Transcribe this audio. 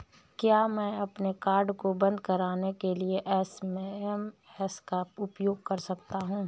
क्या मैं अपने कार्ड को बंद कराने के लिए एस.एम.एस का उपयोग कर सकता हूँ?